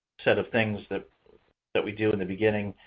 set of things that that we do in the beginning,